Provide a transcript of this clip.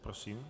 Prosím.